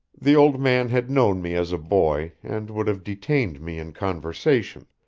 the old man had known me as a boy and would have detained me in conversation,